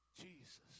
Jesus